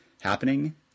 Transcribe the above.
happening